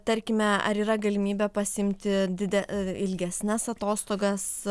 tarkime ar yra galimybė pasiimti dide ilgesnes atostogas